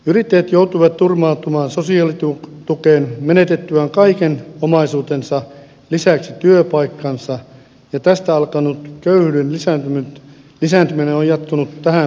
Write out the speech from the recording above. yrittäjät joutuivat turvautumaan sosiaalitukeen menetettyään kaiken omaisuutensa lisäksi työpaikkansa ja tästä alkanut köyhyyden lisääntyminen on jatkunut tähän päivään saakka